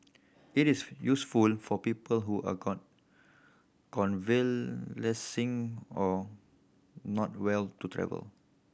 it is useful for people who are convalescing or not well to travel